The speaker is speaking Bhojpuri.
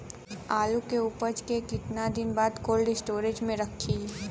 आलू के उपज के कितना दिन बाद कोल्ड स्टोरेज मे रखी?